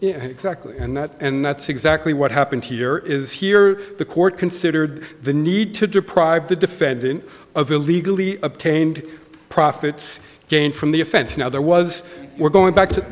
here exactly and that and that's exactly what happened here is here the court considered the need to deprive the defendant of illegally obtained profits gain from the offense now there was we're going back to